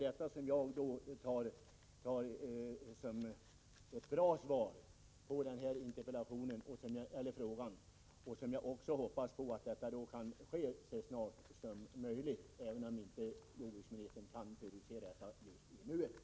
Detta uppfattar jag som ett bra svar på frågan. Jag hoppas att detta kan ske så snart som möjligt, även om jordbruksministern inte kan förutse detta just i nuet.